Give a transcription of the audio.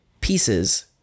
pieces